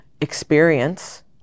experience